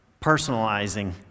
personalizing